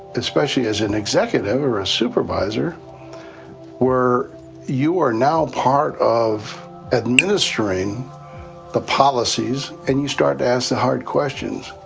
especially as an executive or a supervisor where you are now part of administering the policies and you start to ask the hard questions.